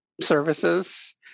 services